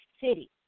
city